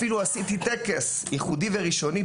אפילו עשיתי טקס ייחודי וראשוני,